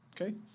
okay